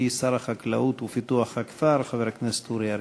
שר החקלאות ופיתוח הכפר חבר הכנסת אורי אריאל.